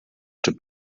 czy